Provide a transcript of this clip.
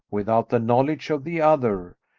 without the knowledge of the other,